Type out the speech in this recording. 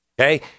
Okay